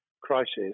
crisis